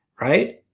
Right